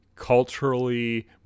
Culturally